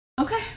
Okay